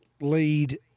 lead